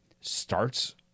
starts